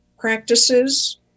practices